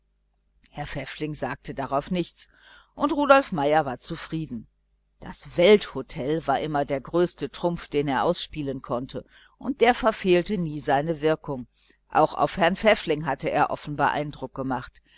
herr pfäffling sagte darauf nichts und rudolf meier war zufrieden das welthotel war immer der höchste trumpf den er ausspielen konnte und der verfehlte nie seine wirkung auch auf herrn pfäffling hatte er offenbar eindruck gemacht